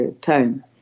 time